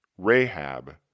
Rahab